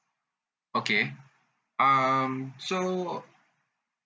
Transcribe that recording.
okay um so